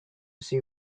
see